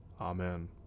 Amen